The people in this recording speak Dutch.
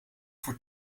voor